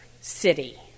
city